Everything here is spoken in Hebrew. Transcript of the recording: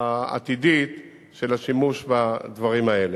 העתידית של השימוש בדברים האלה.